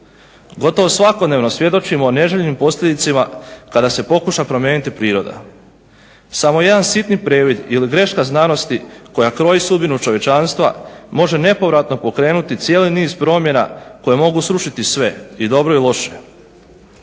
Gotovo svakodnevno svjedočimo o neželjenim posljedicama kada se pokuša promijeniti priroda. Samo jedan sitan previd ili greška znanosti koja kroji sudbinu čovječanstva može nepovratno pokrenuti cijeli niz promjena koje mogu srušiti sve i dobro i loše